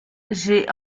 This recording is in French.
j’ai